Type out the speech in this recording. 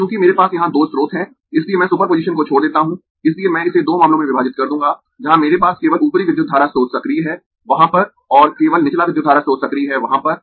तो अब चूंकि मेरे पास यहां दो स्रोत है इसलिए मैं सुपर पोजीशन को छोड़ देता हूं इसलिए मैं इसे दो मामलों में विभाजित कर दूंगा जहां मेरे पास केवल ऊपरी विद्युत धारा स्रोत सक्रिय है वहां पर और केवल निचला विद्युत धारा स्रोत सक्रिय है वहां पर